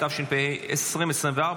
התשפ"ה 2024,